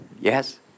yes